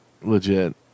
legit